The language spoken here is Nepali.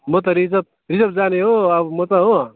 म त रिजर्भ रिजर्भ जाने हो अब म त हो